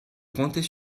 pointer